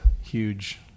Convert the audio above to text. huge